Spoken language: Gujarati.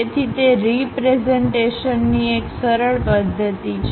તેથી તે રીપ્રેઝન્ટેશનની એક સરળ પદ્ધતિ છે